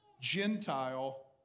Gentile